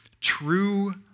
true